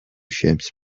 ships